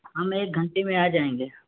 ہم ایک گھنٹے میں آ جائیں گے